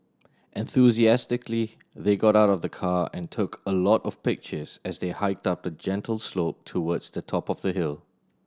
enthusiastically they got out of the car and took a lot of pictures as they hiked up a gentle slope towards the top of the hill